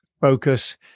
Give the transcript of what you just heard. focus